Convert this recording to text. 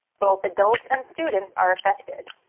both adults and students are affected.